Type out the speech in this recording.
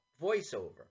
voiceover